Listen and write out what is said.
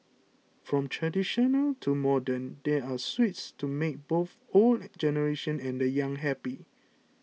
from traditional to modern there are sweets to make both the old generation and the young happy